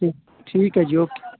ਠੀਕ ਹੈ ਜੀ ਓਕੇ